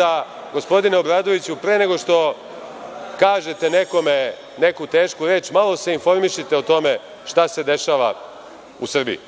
da gospodine Obradoviću, pre nego što kažete nekome neku tešku reč, malo se informišite o tome šta se dešava u Srbiji,